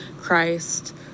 Christ